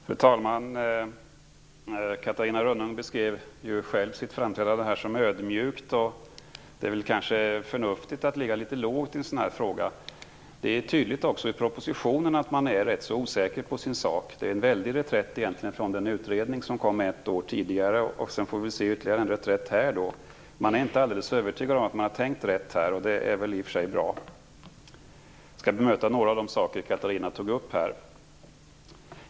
Fru talman! Catarina Rönnung beskrev sitt framträdande här som ödmjukt. Det är kanske förnuftigt att ligga litet lågt i en fråga som denna. Det är tydligt att man också i propositionen är rätt så osäker på sin sak. Egentligen är det en stor reträtt från den utredning som kom ett år tidigare. Vi får väl se ytterligare en reträtt här. Man är inte alldeles övertygad om att man har tänkt rätt här, och det är i och för sig bra. Jag skall bemöta Catarina Rönnung beträffande några saker som hon här tog upp.